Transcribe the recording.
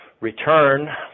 return